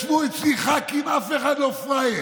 ישבו אצלי ח"כים, ואף אחד לא פראייר,